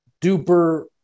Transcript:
duper